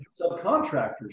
subcontractors